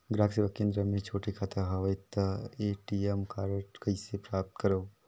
ग्राहक सेवा केंद्र मे छोटे खाता हवय त ए.टी.एम कारड कइसे प्राप्त करव?